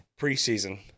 Preseason